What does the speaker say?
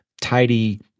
tidy